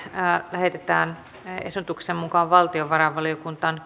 lähetetään ehdotuksen mukaan valtiovarainvaliokuntaan